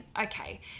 okay